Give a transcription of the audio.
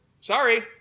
Sorry